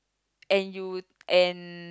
and you and